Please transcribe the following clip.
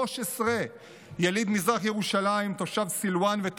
13. 13,